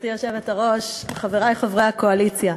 גברתי היושבת ראש, חברי חברי הקואליציה,